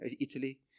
Italy